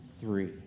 three